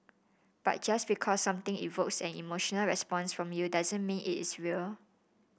but just because something evokes an emotional response from you doesn't mean it is real